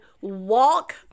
walk